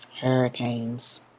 hurricanes